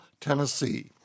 Tennessee